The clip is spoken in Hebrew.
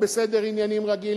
בסדר עניינים רגיל,